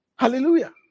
Hallelujah